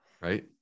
Right